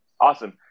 Awesome